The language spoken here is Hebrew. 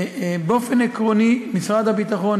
באופן עקרוני משרד הביטחון,